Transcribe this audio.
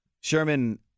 Sherman—